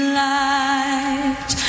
light